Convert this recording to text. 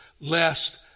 lest